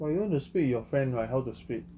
but you want to split with your friend right how to split